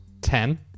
ten